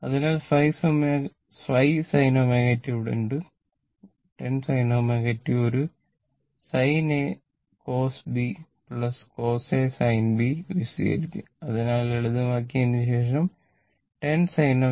അതിനാൽ 5 sinω t അവിടെയുണ്ട് അത് 10 sinω t ഒരു sinacobbcosasinb വിശദീകരിച്ചിരിക്കുന്നു അതിനാൽ ലളിതമാക്കിയതിന് ശേഷം അത് 10 sinω t 8